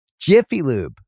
JiffyLube